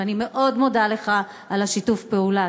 ואני מאוד מודה לך על שיתוף הפעולה.